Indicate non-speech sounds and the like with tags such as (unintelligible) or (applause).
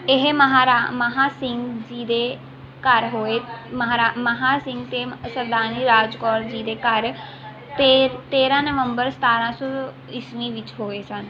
ਇਹ (unintelligible) ਮਹਾਂ ਸਿੰਘ ਜੀ ਦੇ ਘਰ ਹੋਏ (unintelligible) ਮਹਾਂ ਸਿੰਘ ਅਤੇ ਸਰਦਾਰਨੀ ਰਾਜ ਕੌਰ ਜੀ ਦੇ ਘਰ 'ਤੇ ਤੇਰਾਂ ਨਵੰਬਰ ਸਤਾਰਾਂ ਸੌ ਈਸਵੀ ਵਿੱਚ ਹੋਏ ਸਨ